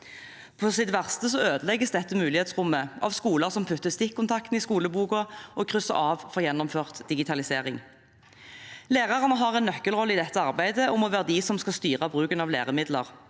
På sitt verste ødelegges dette mulighetsrommet av skoler som putter stikkontakten i skoleboken og krysser av for gjennomført digitalisering. Lærerne har en nøkkelrolle i dette arbeidet og må være de som skal styre bruken av læremidler.